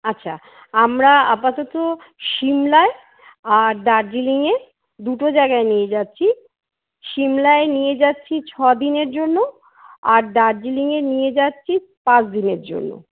আচ্ছা আমরা আপাতত শিমলায় আর দার্জিলিংয়ে দুটো জায়গায় নিয়ে যাচ্ছি শিমলায় নিয়ে যাচ্ছি ছদিনের জন্য আর দার্জিলিংয়ে নিয়ে যাচ্ছি পাঁচদিনের জন্য